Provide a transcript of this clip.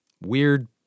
weird